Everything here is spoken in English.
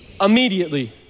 Immediately